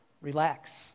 Relax